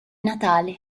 natale